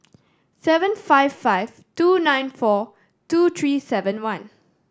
seven five five two nine four two three seven one